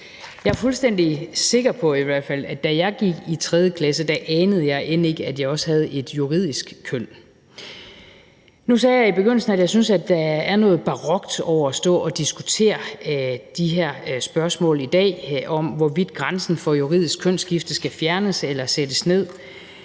fald fuldstændig sikker på, at da jeg gik i 3. klasse, anede jeg end ikke, at jeg også havde et juridisk køn. Nu sagde jeg i begyndelsen, at jeg synes, der er noget barokt over at stå og diskutere de her spørgsmål i dag om, hvorvidt grænsen for juridisk kønsskifte skal fjernes eller sættes ned,